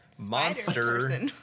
monster